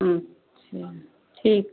अच्छा ठीक